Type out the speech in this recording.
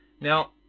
Now